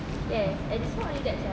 yes and is not only that sia